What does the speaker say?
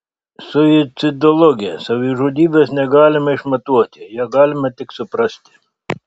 suicidologė savižudybės negalime išmatuoti ją galime tik suprasti